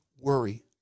worry